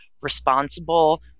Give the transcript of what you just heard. responsible